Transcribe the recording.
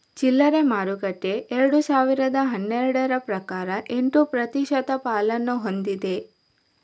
ಚಿಲ್ಲರೆ ಮಾರುಕಟ್ಟೆ ಎರಡು ಸಾವಿರದ ಹನ್ನೆರಡರ ಪ್ರಕಾರ ಎಂಟು ಪ್ರತಿಶತ ಪಾಲನ್ನು ಹೊಂದಿದೆ